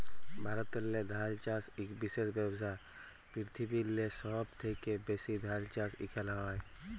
ভারতেল্লে ধাল চাষ ইক বিশেষ ব্যবসা, পিরথিবিরলে সহব থ্যাকে ব্যাশি ধাল চাষ ইখালে হয়